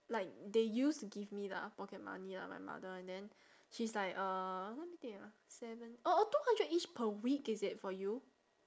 like they used to give me lah pocket money ah my mother and then she is like uh let me think ah seven oh oh two hundred each per week is it for you